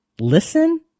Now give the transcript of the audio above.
Listen